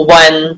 one